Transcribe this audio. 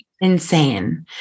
Insane